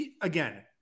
again